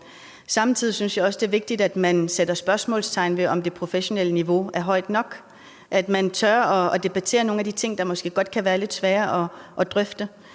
Samtidig synes jeg også, det er vigtigt, at man sætter spørgsmålstegn ved, om det professionelle niveau er højt nok, at man tør debattere nogle af de ting, der måske godt kan være lidt svære at drøfte.